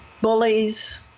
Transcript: bullies